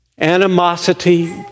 animosity